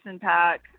Pack